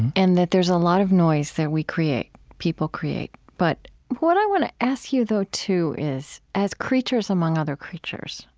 and that there's a lot of noise that we create people create. but what i want to ask you, though, too is, as creatures among other creatures,